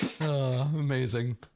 amazing